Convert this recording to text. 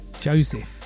Joseph